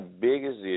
biggest